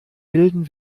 milden